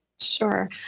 Sure